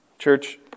Church